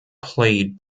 played